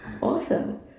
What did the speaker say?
awesome